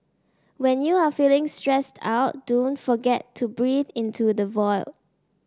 when you are feeling stressed out don't forget to breathe into the void